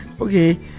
okay